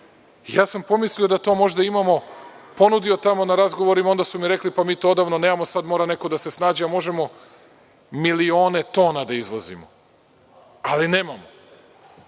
šunku. Pomislio sam da to možda imamo. Ponudio sam na razgovorima, a onda su mi rekli da to odavno nemamo i da mora neko da se snađe, a možemo milione tona da izvozimo. Ali, nemamo.